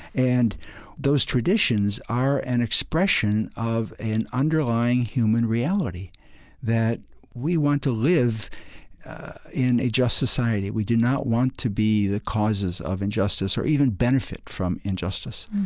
and those traditions are an expression of an underlying human reality that we want to live in a just society. we do not want to be the causes of injustice or even benefit from injustice.